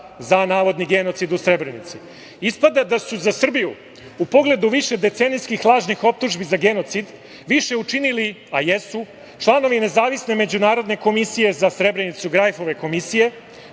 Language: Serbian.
za navodni genocid u Srebrenici. Ispada da su za Srbiju u pogledu višedecenijskih lažnih optužbi za genocid više učinili, a jesu, članovi Nezavisne međunarodne komisije za Srebrenicu, Grajfove komisije,